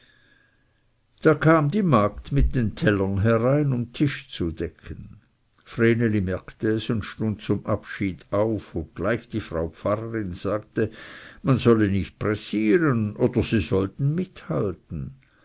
da kam die magd mit den tellern herein um tisch zu decken vreneli merkte es und stund zum abschied auf obgleich die frau pfarrerin sagte man solle nicht pressieren oder sie sollten mithalten